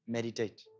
Meditate